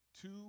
Two